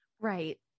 Right